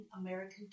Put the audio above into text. American